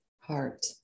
heart